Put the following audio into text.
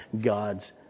God's